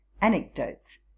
anecdotes